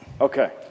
Okay